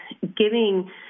giving